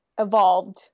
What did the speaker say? evolved